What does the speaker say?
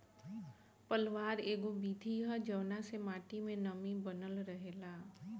पलवार एगो विधि ह जवना से माटी मे नमी बनल रहेला